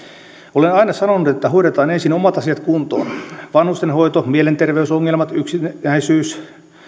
olen aina sanonut että hoidetaan ensin omat asiat kuntoon vanhustenhoito mielenterveysongelmat yksinäisyys